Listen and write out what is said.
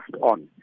on